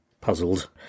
puzzled